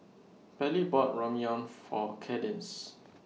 Pallie bought Ramyeon For Kadence